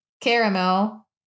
caramel